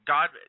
God